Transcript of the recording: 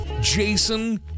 Jason